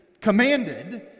commanded